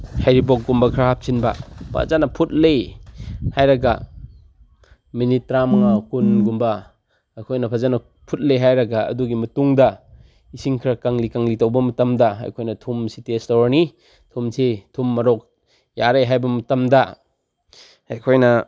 ꯍꯔꯤꯕꯣꯛꯀꯨꯝꯕ ꯈꯔ ꯍꯥꯞꯆꯤꯟꯕ ꯐꯖꯅ ꯐꯨꯠꯂꯤ ꯍꯥꯏꯔꯒ ꯃꯤꯅꯤꯠ ꯇꯔꯥ ꯃꯉꯥ ꯀꯨꯟꯒꯨꯝꯕ ꯑꯩꯈꯣꯏꯅ ꯐꯖꯅ ꯐꯨꯠꯂꯦ ꯍꯥꯏꯔꯒ ꯑꯗꯨꯒꯤ ꯃꯇꯨꯡꯗ ꯏꯁꯤꯡ ꯈꯔ ꯀꯪꯂꯤ ꯀꯪꯂꯤ ꯇꯧꯕ ꯃꯇꯝꯗ ꯑꯩꯈꯣꯏꯅ ꯊꯨꯝꯁꯤ ꯇꯦꯁ ꯇꯧꯔꯅꯤ ꯊꯨꯝꯁꯤ ꯊꯨꯝ ꯃꯣꯔꯣꯛ ꯌꯥꯔꯦ ꯍꯥꯏꯕ ꯃꯇꯝꯗ ꯑꯩꯈꯣꯏꯅ